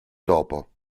dopo